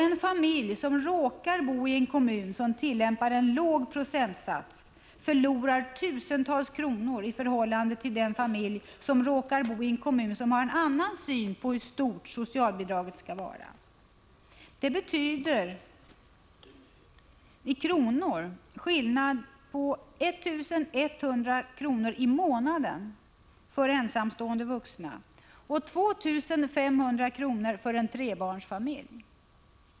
En familj som råkar bo i en kommun som tillämpar en låg procentsats ”förlorar” tusentals kronor i förhållande till den familj som råkar bo i en kommun som har en annan syn på hur stort socialbidraget skall vara. Detta betyder i pengar skillnader på 1 100 kr. i månaden för ensamstående vuxna och 2 500 kr. för en trebarnsfamilj.